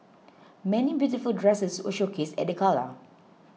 many beautiful dresses were showcased at the gala